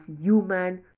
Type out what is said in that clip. human